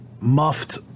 muffed